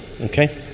Okay